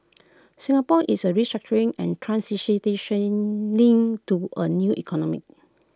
Singapore is A restructuring and transitioning to A new economy